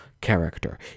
Character